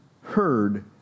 heard